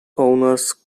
owners